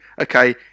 okay